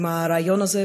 לרעיון הזה,